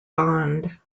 bond